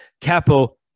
Capo